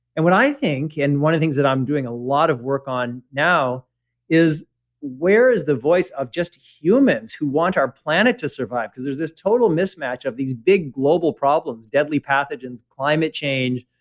and what i think and one of the things that i'm doing a lot of work on now is where is the voice of just humans who want our planet to survive because there's this total mismatch of these big global problems, deadly pathogens, climate change,